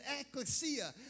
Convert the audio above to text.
ecclesia